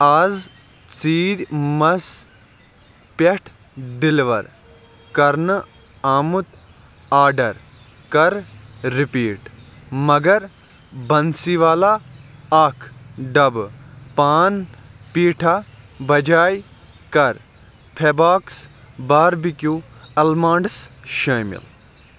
آز ژیٖرۍ مَس پٮ۪ٹھ ڈِلوَر کَرنہٕ آمُت آرڈَر کَر رٕپیٖٹ مگر بَنسی والا اَکھ ڈَبہٕ پان پیٖٹھا بَجاے کَر فیباکٕس باربِکیٛوٗ اَلمانٛڈٕس شٲمِل